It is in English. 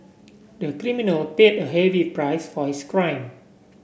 the criminal paid a heavy price for his crime